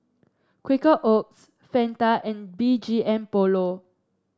Quaker Oats Fanta and B G M Polo